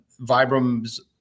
vibram's